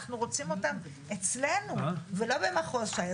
אנחנו רוצים אותם אצלנו ולא במחוז ש"י.